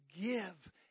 give